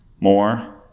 more